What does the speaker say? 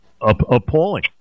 appalling